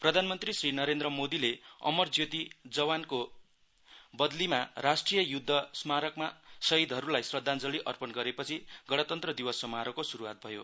प्रधानमन्त्री श्री नरेन्द्र मोदीले अमर ज्योति जवानको बदलीमा राष्ट्रिय युद्ध स्मारकमा सहीदहरुलाई श्रद्धाञ्जली अर्पण गरेपछि गणतन्त्र दिवस समारोहको सुरुवात भयो